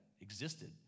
existed